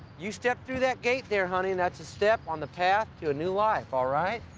you step through that gate there honey, and that's a step on the path to a new life, all right?